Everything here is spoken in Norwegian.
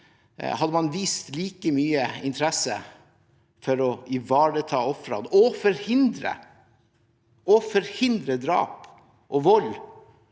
hadde man vist like mye interesse for å ivareta ofrene og forhindre drap og vold,